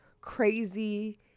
crazy